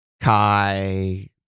Kai